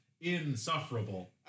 insufferable